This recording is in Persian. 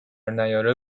نیاره